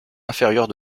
inférieure